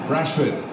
Rashford